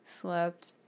slept